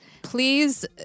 Please